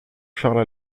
charles